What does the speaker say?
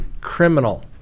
criminal